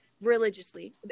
religiously